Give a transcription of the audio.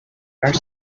are